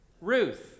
Ruth